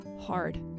hard